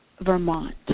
Vermont